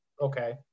Okay